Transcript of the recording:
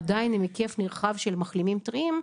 עדיין עם היקף נרחב של מחלימים טריים,